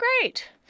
great